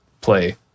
play